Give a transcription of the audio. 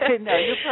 no